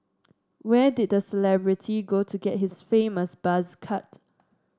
where did the celebrity go to get his famous buzz cut